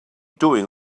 doing